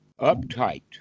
uptight